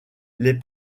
les